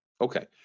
Okay